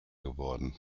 geworden